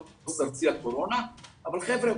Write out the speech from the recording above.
אבל חבר'ה,